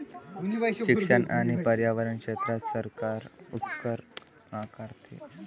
शिक्षण आणि पर्यावरण क्षेत्रात सरकार उपकर आकारते